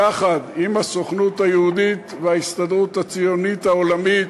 יחד עם הסוכנות היהודית וההסתדרות הציונית העולמית,